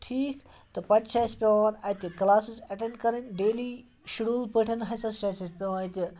ٹھیٖک تہٕ پَتہٕ چھِ اَسہِ پٮ۪وان اَتہِ کٕلاسِز اٮ۪ٹینٛڈ کَرٕنۍ ڈیلی شڈوٗل پٲٹھۍ ہَسا چھِ اَسہِ اَتہِ پٮ۪وان اَتہِ